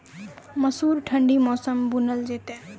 मसूर ठंडी मौसम मे बूनल जेतै?